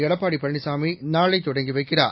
எடப்பாடி பழனிசாமி நாளை தொடங்கி வைக்கிறார்